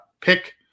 pick